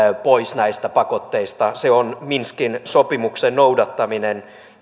pois näistä pakotteista se on minskin sopimuksen noudattaminen